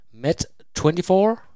Met24